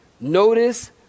Notice